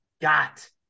got